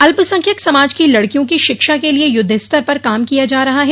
अल्पसंख्यक समाज की लड़कियों की शिक्षा के लिए युद्धस्तर पर काम किया जा रहा है